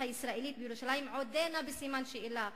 הישראלית בירושלים עודנה בסימן שאלה,